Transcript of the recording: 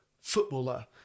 footballer